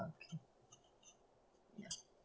okay ya